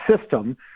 system